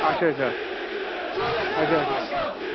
اچھا اچھا اچھا اچھا